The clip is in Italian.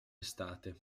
estate